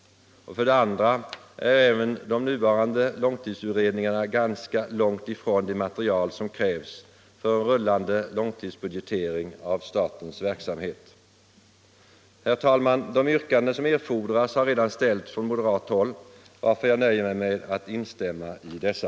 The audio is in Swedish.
För det andra är även de nuvarande långtidsutredningarna ganska långt ifrån det material som krävs för en rullande långtidsbudgetering av statens verksamhet. Herr talman! De yrkanden som erfordras har redan ställts från moderat håll, varför jag nöjer mig med att instämma i dessa.